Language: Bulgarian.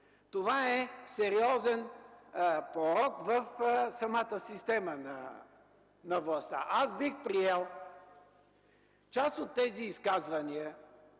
Това е сериозен порок в самата система на властта. Бих приел част от тези изказвания,